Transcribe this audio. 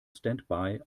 standby